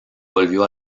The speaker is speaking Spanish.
volvió